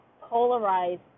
polarized